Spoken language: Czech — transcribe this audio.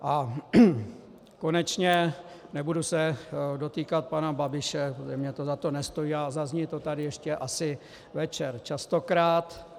A konečně, nebudu se dotýkat pana Babiše, mně to za to nestojí, ale zazní to tady ještě asi večer častokrát.